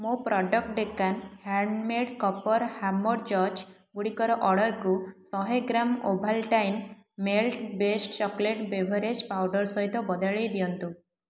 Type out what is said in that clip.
ମୋ product Deccan handmade copper hammered jug ଗୁଡ଼ିକର ଅର୍ଡ଼ର୍କୁ ଶହେ gram Ovaltine malt based chocolate beverage powder ସହିତ ବଦଳାଇ ଦିଅନ୍ତୁ